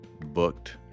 booked